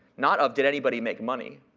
not of did anybody make money?